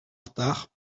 retard